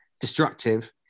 destructive